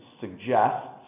suggests